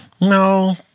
No